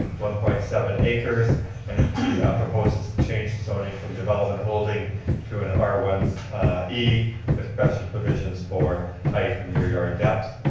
one point seven acres and proposes to change the zoning from development holding to an r one e with special provisions for height and rear yard depth.